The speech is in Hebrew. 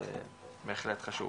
זה בהחלט חשוב.